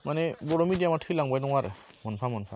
माने बर' मिडियाम आ थैलांबाय दं आरो मोनफा मोनफा